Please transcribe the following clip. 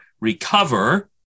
recover